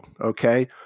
Okay